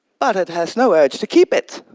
but it has no urge to keep it.